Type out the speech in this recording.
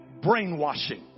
brainwashing